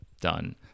done